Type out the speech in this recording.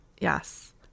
Yes